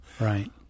Right